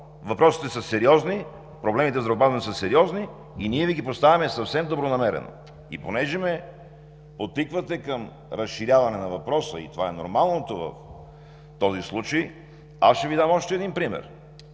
Въпросите са сериозни! Проблемите в здравеопазването са сериозни! Ние Ви ги поставяме съвсем добронамерено. Понеже ме подтиквате към разширяване на въпроса и това е нормалното в този случай, ще Ви дам още един пример